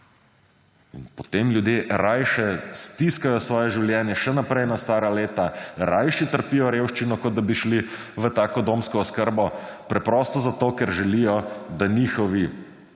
In potem ljudje rajši stiskajo svoje življenje še naprej, na stara leta, rajši trpijo revščino, kot da bi šli v tako domsko oskrbo, preprosto zato, ker želijo, da njihovi